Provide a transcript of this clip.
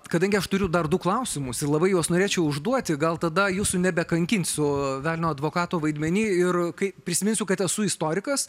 kadangi aš turiu dar du klausimus ir labai juos norėčiau užduoti gal tada jūsų nebekankinsiu su velnio advokato vaidmeny ir kai prisiminsiu kad esu istorikas